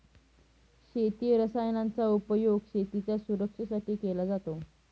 शेती रसायनांचा उपयोग शेतीच्या सुरक्षेसाठी केला जातो